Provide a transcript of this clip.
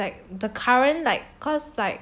it's like the current like cause like